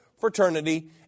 fraternity